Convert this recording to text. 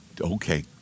okay